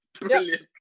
Brilliant